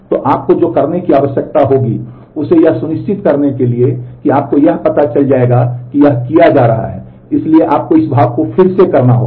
तो आपको जो करने की आवश्यकता होगी उसे यह सुनिश्चित करने के लिए कि आपको यह पता चल जाएगा कि यह किया जा रहा है इसलिए आपको इस भाग को फिर से करना होगा